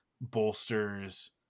bolsters